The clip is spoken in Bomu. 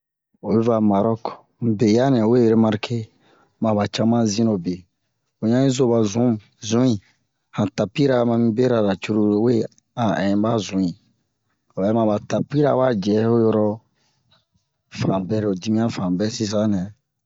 Oyi va marok mu be ya nɛ o we remarke mu'a ba cama zinobe o yan i zo ba zun zu'i han tapira ma mu berara cururu we a in ba zun'i o bɛ ma ba tapira wa jɛ ho yoro fanbɛ ho dimiyan fanbɛ sisanɛ